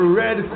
red